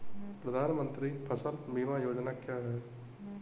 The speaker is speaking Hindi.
प्रधानमंत्री फसल बीमा योजना क्या है?